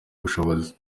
ubushobozi